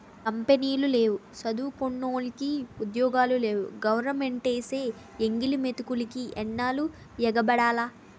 కంపినీలు లేవు సదువుకున్నోలికి ఉద్యోగాలు లేవు గవరమెంటేసే ఎంగిలి మెతుకులికి ఎన్నాల్లు ఎగబడాల